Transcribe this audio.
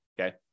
Okay